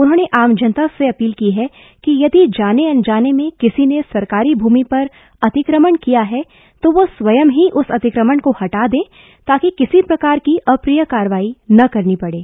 उन्होंने आम जनता से अपील की है कि यदि जाने अनजाने में किसी ने सरकारी भूमि पर अतिक्रमण किया है तो वह स्वयं ही उस अतिक्रमण को हटा दे ताकि किसी प्रकार की अप्रिय कार्रवाई न करनी पड़े